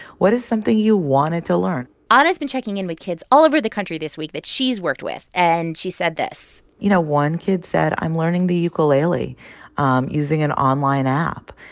what is something you wanted to learn? ah ana's been checking in with kids all over the country this week that she's worked with. and she said this you know, one kid said, i'm learning the ukulele um using an online app.